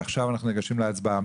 עכשיו אנחנו ניגשים להצבעה.